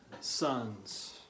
sons